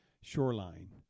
shoreline